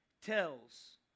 tells